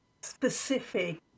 specific